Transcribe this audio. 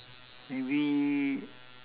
maybe